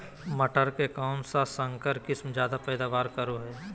मटर के कौन संकर किस्म जायदा पैदावार करो है?